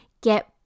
get